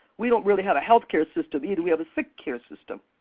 we don't really have a healthcare system either, we have a sick care system.